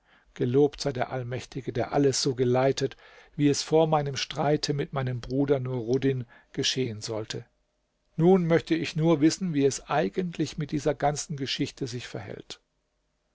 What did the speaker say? gelobt sei der allmächtige der alles so geleitet wie es vor meinem streite mit meinem bruder nuruddin geschehen sollte nun möchte ich nur wissen wie es eigentlich mit dieser ganzen geschichte sich verhält